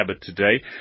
today